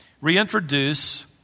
reintroduce